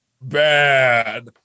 bad